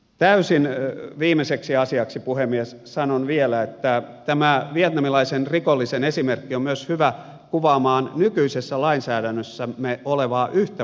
täysin viimeiseksi asiaksi puhemies sanon vielä että tämä vietnamilaisen rikollisen esimerkki on myös hyvä kuvaamaan yhtä nykyisessä lainsäädännössämme olevaa porsaanreikää